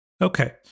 Okay